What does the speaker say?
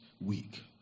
week